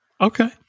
Okay